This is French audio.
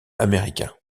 américain